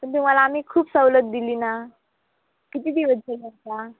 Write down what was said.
पण तुम्हाला आम्ही खूप सवलत दिली ना किती दिवस झाले आता